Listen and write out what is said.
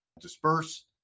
disperse